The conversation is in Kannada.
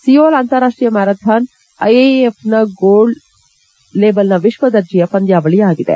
ಸಿಯೋಲ್ ಅಂತಾರಾಷ್ಟೀಯ marathon I A A F gold ಲೇಬಲ್ನ ವಿಶ್ವ ದರ್ಜೆಯ ಪಂದ್ಯಾವಳಿಯಾಗಿದೆ